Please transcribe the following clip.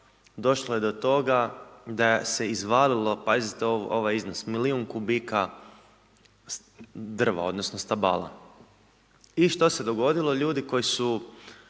došlo je do toga da se izvalilo, pazite ovaj iznos, milijun kubika drva, odnosno stabala. I što se dogodilo? Ljudi koji su,